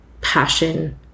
passion